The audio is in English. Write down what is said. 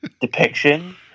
depiction